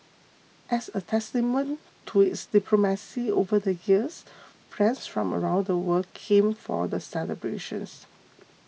as a testament to its diplomacy over the years friends from around the world came for the celebrations